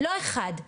לא אחד,